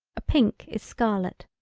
a pink is scarlet,